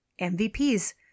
MVPs